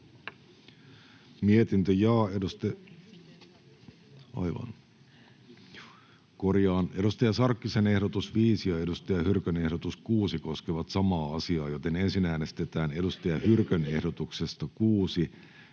Content: Hanna Sarkkisen ehdotus 5 ja Saara Hyrkön ehdotus 6 koskevat samaa asiaa, joten ensin äänestetään Saara Hyrkön ehdotuksesta 6